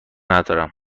ندارم